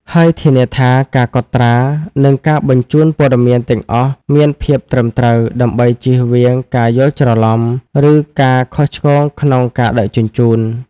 ហើយធានាថាការកត់ត្រា និងការបញ្ជូនព័ត៌មានទាំងអស់មានភាពត្រឹមត្រូវ ដើម្បីជៀសវាងការយល់ច្រឡំ ឬការខុសឆ្គងក្នុងការដឹកជញ្ជូន។